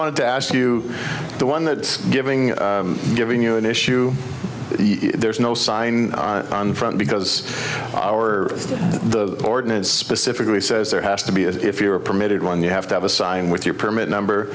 wanted to ask you the one that's giving giving you an issue there's no sign on front because the ordinance specifically says there has to be if you are permitted one you have to have a sign with your permit number